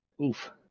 oof